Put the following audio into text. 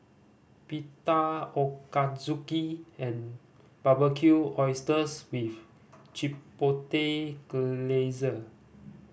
Pita Ochazuke and Barbecued Oysters with Chipotle Glaze